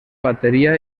bateria